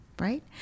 right